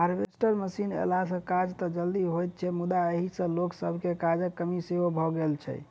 harvester machine अयला सॅ काज त जल्दी होइत छै मुदा एहि सॅ लोक सभके काजक कमी सेहो भ गेल छै